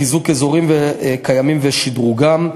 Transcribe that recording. חיזוק אזורים קיימים ושדרוגם,